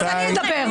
אז אני אדבר.